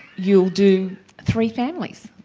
you'll do three families.